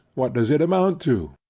what does it amount to?